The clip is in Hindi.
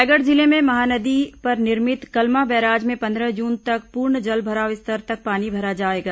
रायगढ़ जिले में महानदी पर निर्मित कलमा बैराज में पंद्रह जून तक पूर्ण जलभराव स्तर तक पानी भरा जाएगा